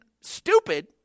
stupid